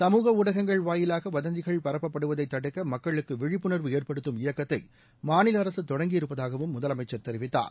சமூக ஊடகங்கள் வாயிவாக வதந்திகள் பரப்பப்படுவதை தடுக்க மக்களுக்கு விழிப்புணா்வு ஏற்படுத்தும் இயக்கத்தை மாநில அரசு தொடங்கி இருப்பதாகவும் முதலமைச்சர் தெரிவித்தார்